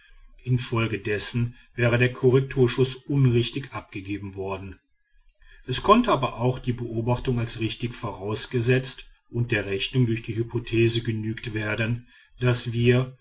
nachgewirkt hat infolgedessen wäre der korrekturschuß unrichtig abgegeben worden es konnte aber auch die beobachtung als richtig vorausgesetzt und der rechnung durch die hypothese genügt werden daß wir